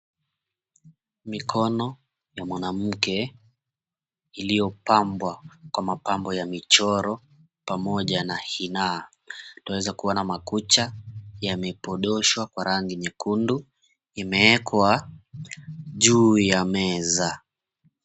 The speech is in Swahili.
Mikono ya mwanamke iliyopambwa kwa mapambo ya michoro pamoja na hina. Twaweza kuona makucha yamepodoshwa kwa rangi nyekundu imewekwa juu ya meza.